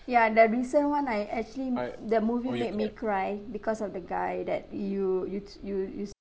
ya that recent one I actually the movie made me cry because of the guy that you you you you